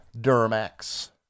Duramax